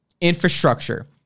infrastructure